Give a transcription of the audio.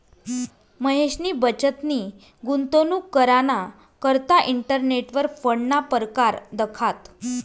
महेशनी बचतनी गुंतवणूक कराना करता इंटरनेटवर फंडना परकार दखात